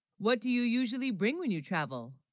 what do you usually bring when you travel